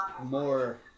more